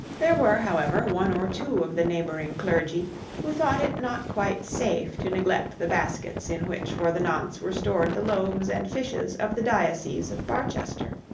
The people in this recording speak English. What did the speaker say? there were, however, one or two of the neighbouring clergy who thought it not quite safe to neglect the baskets in which for the nonce were stored the loaves and fishes of the diocese of barchester.